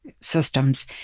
systems